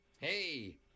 Hey